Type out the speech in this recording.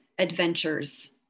adventures